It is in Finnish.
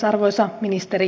arvoisa ministeri